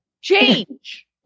Change